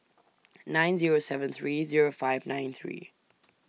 nine Zero seven three Zero five nine three